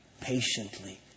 patiently